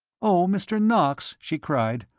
oh, mr. knox, she cried,